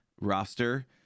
roster